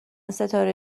ستاره